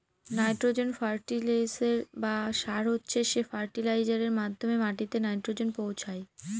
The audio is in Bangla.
নাইট্রোজেন ফার্টিলিসের বা সার হচ্ছে সে ফার্টিলাইজারের মাধ্যমে মাটিতে নাইট্রোজেন পৌঁছায়